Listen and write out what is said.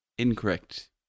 Incorrect